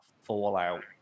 fallout